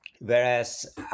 Whereas